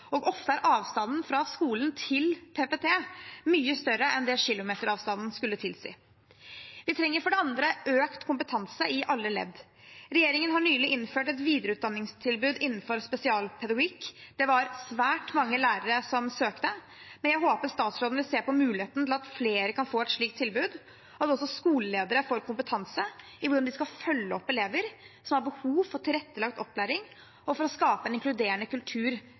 Ofte er avstanden fra skolen til PPT mye større enn det kilometeravstanden skulle tilsi. Vi trenger for det andre økt kompetanse i alle ledd. Regjeringen har nylig innført et videreutdanningstilbud innenfor spesialpedagogikk. Det var svært mange lærere som søkte, men jeg håper statsråden vil se på muligheten for at flere kan få et slikt tilbud, og at også skoleledere får kompetanse i hvordan de skal følge opp elever som har behov for tilrettelagt opplæring, og skape en inkluderende kultur